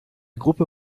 gruppe